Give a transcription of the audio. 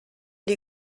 die